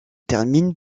termine